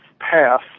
path